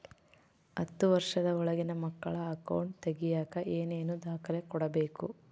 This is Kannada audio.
ಹತ್ತುವಷ೯ದ ಒಳಗಿನ ಮಕ್ಕಳ ಅಕೌಂಟ್ ತಗಿಯಾಕ ಏನೇನು ದಾಖಲೆ ಕೊಡಬೇಕು?